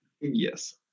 Yes